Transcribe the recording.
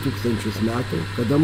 tūkstančius metų kada